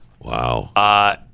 Wow